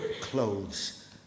clothes